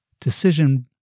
decision